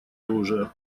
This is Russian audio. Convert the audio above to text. оружия